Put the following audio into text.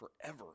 forever